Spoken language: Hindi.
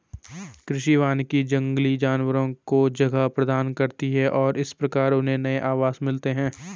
कृषि वानिकी जंगली जानवरों को जगह प्रदान करती है और इस प्रकार उन्हें नए आवास मिलते हैं